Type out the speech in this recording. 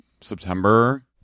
September